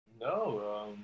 No